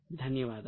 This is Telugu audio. ధన్యవాదాలు